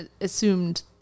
assumed